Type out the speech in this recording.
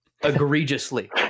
egregiously